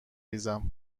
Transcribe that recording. ریزم